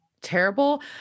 terrible